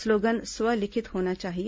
slogan स्व लिखित होना चाहिए